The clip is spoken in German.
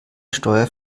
steuer